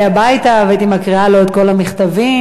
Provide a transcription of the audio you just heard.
הביתה והייתי מקריאה לו את כל המכתבים,